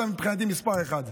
אתה מבחינתי מספר אחת.